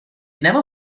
never